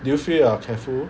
do you feel you are careful